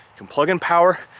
can plug in power,